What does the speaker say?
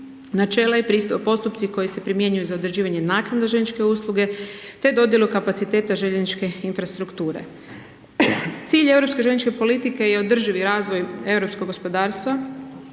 načela i postupci koji se primjenjuju za određivanje naknade željezničke usluge te dodjelu kapaciteta željezničke infrastrukture. Cilj europske željezničke politike je održivi razvoj europskog gospodarstva